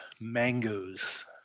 mangoes